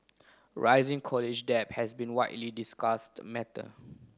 rising college debt has been widely discussed matter